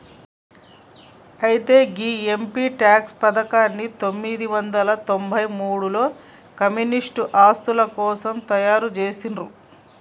అయితే ఈ MP LADS పథకాన్ని పందొమ్మిది వందల తొంభై మూడులలో కమ్యూనిటీ ఆస్తుల కోసం తయారు జేసిర్రు